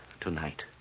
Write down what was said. tonight